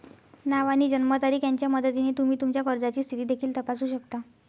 नाव आणि जन्मतारीख यांच्या मदतीने तुम्ही तुमच्या कर्जाची स्थिती देखील तपासू शकता